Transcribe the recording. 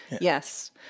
Yes